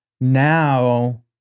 now